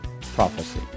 PROPHECY